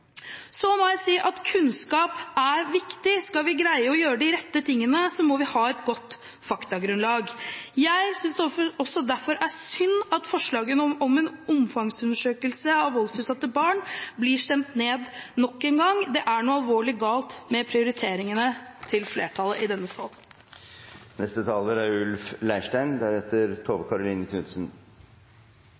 Så må jeg si at kunnskap er viktig. Skal vi greie å gjøre de rette tingene, må vi ha et godt faktagrunnlag. Jeg synes derfor det er synd at forslaget om en omfangsundersøkelse av voldsutsatte barn nok en gang blir stemt ned. Det er noe alvorlig galt med prioriteringene til flertallet i denne sal. Det er